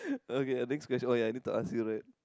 okay ya next question oh ya I need to ask you right